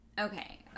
Okay